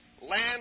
land